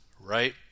right